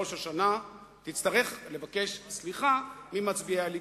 ראש השנה תצטרך לבקש סליחה ממצביעי הליכוד.